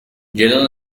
lleno